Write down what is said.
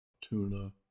tuna